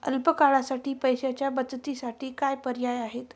अल्प काळासाठी पैशाच्या बचतीसाठी काय पर्याय आहेत?